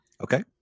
okay